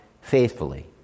faithfully